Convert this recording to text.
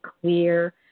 clear